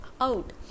out